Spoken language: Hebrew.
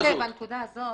בנושא הזה, בנקודה הזאת,